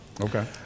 Okay